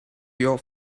your